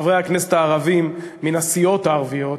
חברי הכנסת הערבים מן הסיעות הערביות,